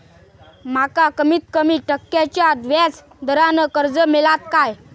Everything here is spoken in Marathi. माका कमीत कमी टक्क्याच्या व्याज दरान कर्ज मेलात काय?